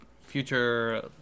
future